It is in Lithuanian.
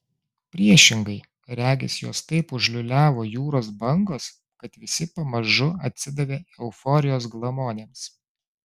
priešingai regis juos taip užliūliavo jūros bangos kad visi pamažu atsidavė euforijos glamonėms